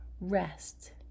rest